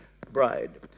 bride